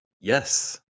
Yes